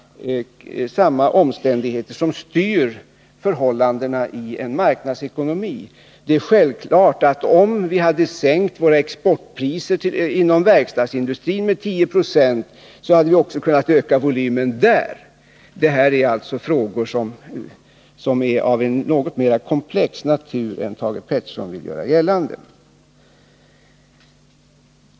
Samma omständigheter styr förhållandena i en marknadsekonomi. Om vi hade sänkt våra exportpriser inom verkstadsindustrin med låt oss säga 10 26, hade vi självfallet också kunnat öka volymen där. Dessa frågor är alltså av en något mer komplex natur än Thage Peterson vill göra gällande.